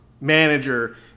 manager